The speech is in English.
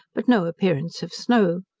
but no appearance of snow.